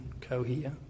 cohere